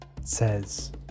Says